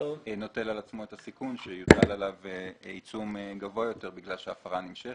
נוטל על עצמו את הסיכון שיוטל עליו עיצום גבוה יותר בגלל שההפרה נמשכת.